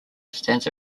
stands